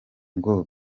ngo